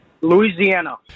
louisiana